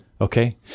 okay